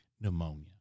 pneumonia